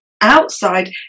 outside